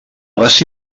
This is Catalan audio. base